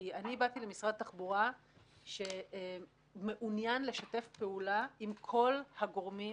כי אני באתי למשרד התחבורה שמעוניין לשתף פעולה עם כל הגורמים